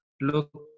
look